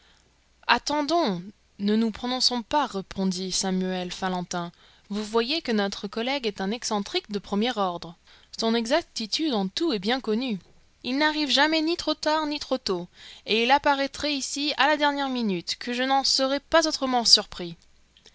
attendons ne nous prononçons pas répondit samuel fallentin vous voyez que notre collègue est un excentrique de premier ordre son exactitude en tout est bien connue il n'arrive jamais ni trop tard ni trop tôt et il apparaîtrait ici à la dernière minute que je n'en serais pas autrement surpris